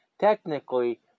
technically